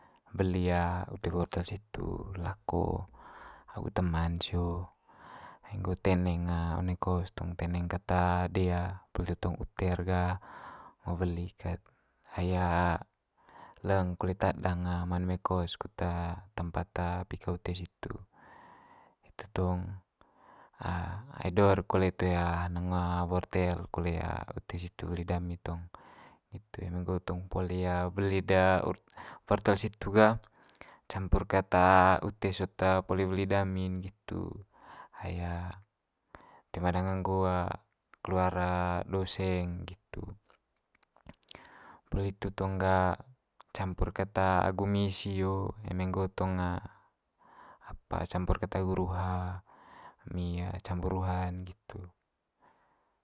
Weli ute wortel situ lako agu teman sio, ai nggo teneng one kos tong teneng kat dea poli itu tong ute'r ga ngo weli ket, ai leng kole tadang mai one mai kos kut tempat pika ute situ. Itu tong ai do'r kole toe hanang wortel kole ute situ weli dami tong, nggitu eme nggo tong poli weli'd de wortel situ ga campur kat ute sot poli weli dami nggitu, ai toe ma danga nggo keluar do seng nggitu. Poli hitu tong ga campur ket agu mi sio eme nggo tong apa campur ket agu ruha mi campur ruha nggitu.